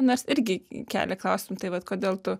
nors irgi kelia klausimų tai vat kodėl tu